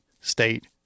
state